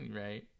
Right